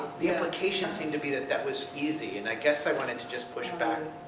the implication seems to be that that was easy and i guess i wanted to just push back.